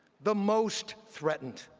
the most threatened,